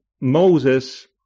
Moses